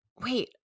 wait